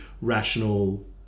rational